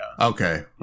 Okay